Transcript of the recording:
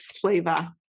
flavor